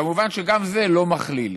כמובן שגם זה לא מכליל.